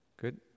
Good